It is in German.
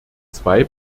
zwei